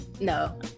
No